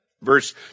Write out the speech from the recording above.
Verse